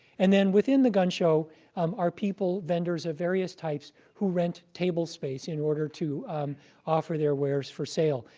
and then within the gun show um are people, vendors of various types, who rent table space in order to offer their wares for sale.